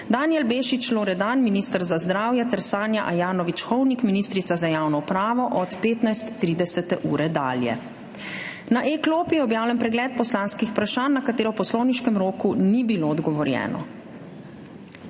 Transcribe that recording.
Danijel Bešič Loredan, minister za zdravje ter Sanja Ajanović Hovnik, ministrica za javno upravo, od 15.30 dalje. Na e-klopi je objavljen pregled poslanskih vprašanj, na katera v poslovniškem roku ni bilo odgovorjeno.